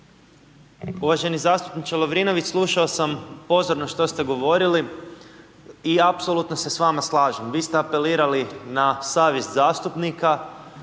Uvaženi zastupniče Lovrinović, slušao sam pozorno što ste govorili i apsolutno se s vama slažem, vi ste apelirali na savjest zastupnika,